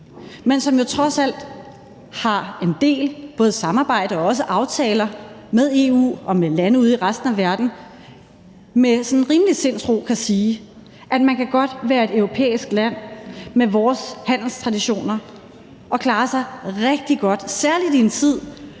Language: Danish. men som trods alt har en del både samarbejde og også aftaler med EU og med lande ude i resten af verden – med rimelig sindsro kan sige, at man godt kan være et europæisk land med vores handelstraditioner og klare sig rigtig godt, særlig i en tid,